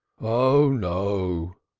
oh no,